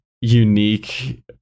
unique